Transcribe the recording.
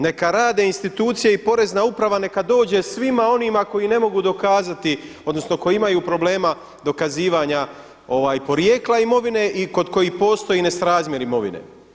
Neka rade institucije i porezna uprava neka dođe svima onima koji ne mogu dokazati, odnosno koji imaju problema dokazivanja porijekla imovine i kod kojih postoji nesrazmjer imovine.